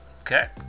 Okay